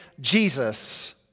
Jesus